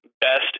best